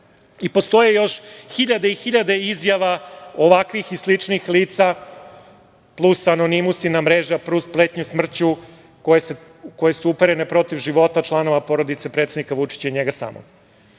ulici".Postoje još hiljade i hiljade izjava ovakvih i sličnih lica, plus anonimusi na mreži, plus pretnje smrću, koje su uperene protiv života članova porodice predsednika Vučića i njega